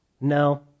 No